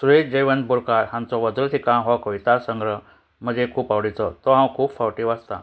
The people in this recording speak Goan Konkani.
सुरेश जयवंत बोरकार हांचो वदलिका हो कविता संग्रह म्हजे खूब आवडीचो तो हांव खूब फावटी वाचतां